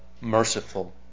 merciful